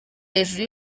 hejuru